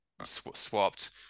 swapped